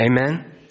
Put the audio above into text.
Amen